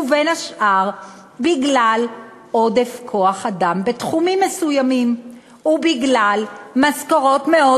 ובין השאר בגלל עודף כוח-אדם בתחומים מסוימים ובגלל משכורות מאוד